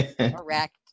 Correct